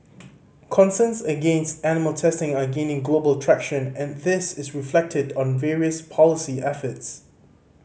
concerns against animal testing are gaining global traction and this is reflected on various policy efforts